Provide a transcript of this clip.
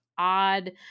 Odd